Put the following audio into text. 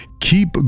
Keep